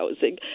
housing